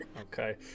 Okay